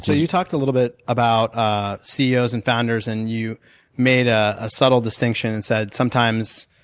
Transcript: so you talked a little bit about ah ceos, and founders, and you made ah a subtle distinction and said, sometimes,